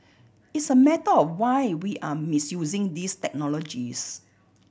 it's a matter of why we are misusing these technologies